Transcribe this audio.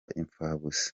impfabusa